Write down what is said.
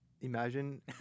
imagine